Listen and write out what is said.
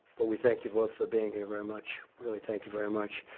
but we thank you both for being here, very much. really, thank you very much.